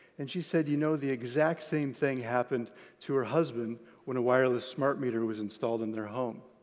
and she said you know the exact same thing happened to her husband when a wireless smart meter was installed in their home.